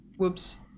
whoops